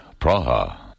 Praha